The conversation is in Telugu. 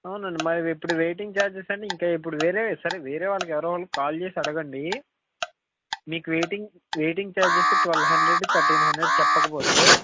అవునండి మరి ఇప్పుడు వెయిటింగ్ ఛార్జెస్ అని ఇంకా ఇప్పుడు వేరే సరే వేరేవాళ్ళకి ఎవరో ఒకళ్ళకి కాల్ చేసి అడగండి మీకు waiting waiting charges twelve hundred thirteen hundred చెప్పకపోతే